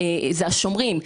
השומרים,